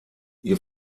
ihr